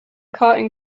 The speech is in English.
cotton